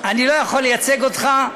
אני לא יכול לייצג אותך,